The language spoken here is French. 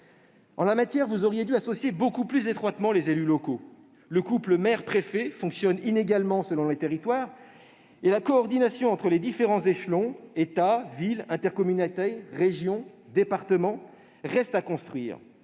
En la matière, vous auriez dû associer beaucoup plus étroitement les élus locaux. Le couple maire-préfet fonctionne inégalement selon les territoires et la coordination entre les différents échelons- État, villes, intercommunalités, régions, départements -reste à construire.